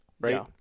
right